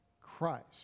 Christ